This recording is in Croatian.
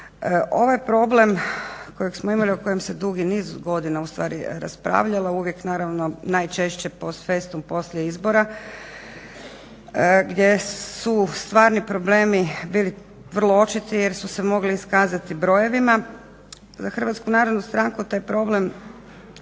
Ovaj problem kojeg smo imali, o kojem se dugi niz godina ustvari raspravljamo, uvijek naravno najčešće post festum poslije izbora gdje su stvarni problemi bili vrlo očiti jer su se mogli iskazati brojevima. Za HNS taj problem